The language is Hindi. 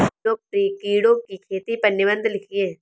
लोकप्रिय कीड़ों की खेती पर निबंध लिखिए